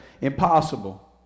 impossible